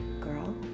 Girl